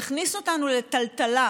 יכניס אותנו לטלטלה,